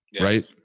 right